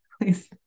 Please